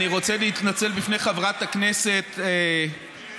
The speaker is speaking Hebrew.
אני רוצה להתנצל בפני חברת הכנסת סלימאן,